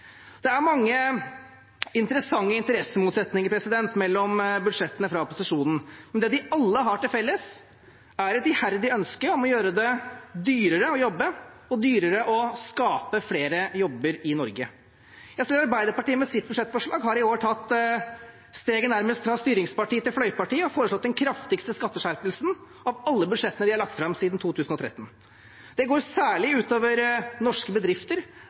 Det er mange interessante interessemotsetninger mellom budsjettene fra opposisjonen, men det de alle har til felles, er et iherdig ønske om å gjøre det dyrere å jobbe og dyrere å skape flere jobber i Norge. Selv Arbeiderpartiet har med sitt budsjettforslag i år tatt steget nærmest fra styringsparti til fløyparti og foreslått den kraftigste skatteskjerpelsen av alle budsjettene de har lagt fram siden 2013. Det går særlig ut over norske bedrifter